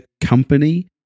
company